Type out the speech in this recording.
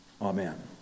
Amen